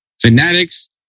Fanatics